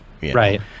Right